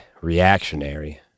reactionary